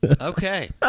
Okay